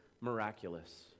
miraculous